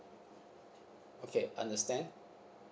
okay I understand